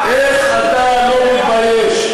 איך אתה לא מתבייש?